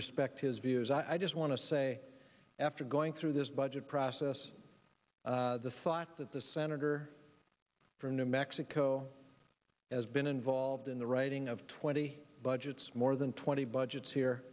respect his views i i just want to say after going through this budget process the thought that the senator from new mexico has been involved in the writing of twenty budgets more than twenty budgets here